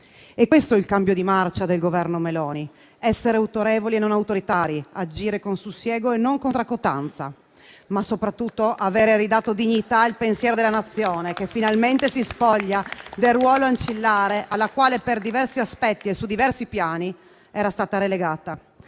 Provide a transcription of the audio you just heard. È questo il cambio di marcia del Governo Meloni: essere autorevoli e non autoritari, agire con sussiego e non con tracotanza, ma soprattutto avere ridato dignità al pensiero della Nazione che finalmente si spoglia del ruolo ancillare al quale per diversi aspetti e su diversi piani era stata relegata.